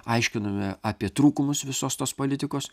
aiškinome apie trūkumus visos tos politikos